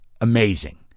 amazing